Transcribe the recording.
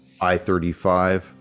I-35